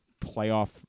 playoff